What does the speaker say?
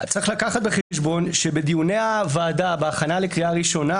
צריך לקחת בחשבון שבדיוני הוועדה בהכנה לקריאה ראשונה